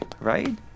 right